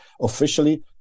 officially